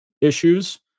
issues